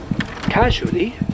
Casually